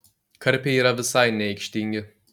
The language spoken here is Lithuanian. karpiai yra visai neaikštingi